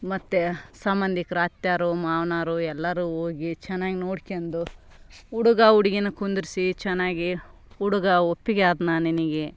ಮತ್ತು ಸಂಬಂಧಿಕ್ರ ಅತ್ತೆಯರು ಮಾವ್ನೋರು ಎಲ್ಲರು ಹೋಗಿ ಚೆನ್ನಾಗ್ ನೋಡ್ಕೆಂಡು ಹುಡುಗ ಹುಡುಗಿನ ಕುಂದ್ರಿಸಿ ಚೆನ್ನಾಗಿ ಹುಡುಗ ಒಪ್ಪಿಗೆ ಆದನಾ ನಿನಗೆ